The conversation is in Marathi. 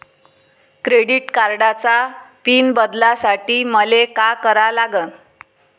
क्रेडिट कार्डाचा पिन बदलासाठी मले का करा लागन?